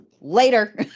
later